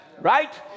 right